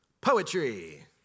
Poetry